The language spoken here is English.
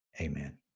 Amen